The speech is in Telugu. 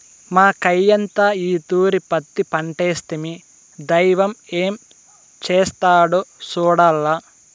మాకయ్యంతా ఈ తూరి పత్తి పంటేస్తిమి, దైవం ఏం చేస్తాడో సూడాల్ల